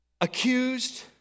accused